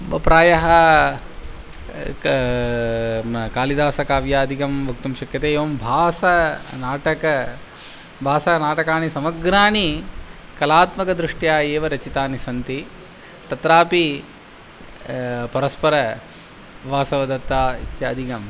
प्रायः का कालिदासकाव्यादिकं वक्तुं शक्यते एवं भासनाटकं भासनाटकानि समग्राणि कलात्मकदृष्ट्या एव रचितानि सन्ति तत्रापि परस्परवासवदत्ता इत्यादिकं